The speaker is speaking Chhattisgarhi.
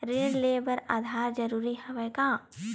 ऋण ले बर आधार जरूरी हवय का?